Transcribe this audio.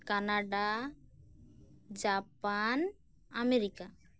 Canada Japan America